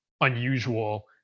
unusual